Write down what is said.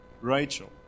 Rachel